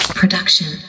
production